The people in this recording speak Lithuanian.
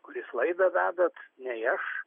kuris laidą vedat nei aš